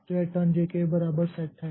तो यह turn j के बराबर सेट है